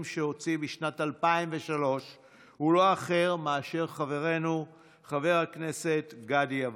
שהוציא בשנת 2003 הוא לא אחר מאשר חברנו חבר הכנסת גדי יברקן.